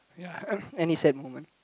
ya any sad moment